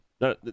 No